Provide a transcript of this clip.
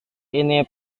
ini